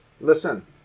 listen